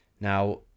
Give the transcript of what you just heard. Now